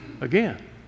again